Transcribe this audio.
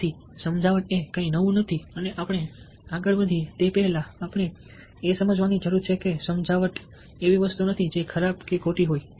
તેથી સમજાવટ એ કંઈ નવું નથી અને આપણે આગળ વધીએ તે પહેલાં આપણે એ સમજવાની જરૂર છે કે સમજાવટ એવી વસ્તુ નથી જે ખરાબ કે ખોટી હોય